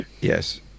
Yes